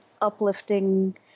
uplifting